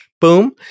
boom